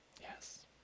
Yes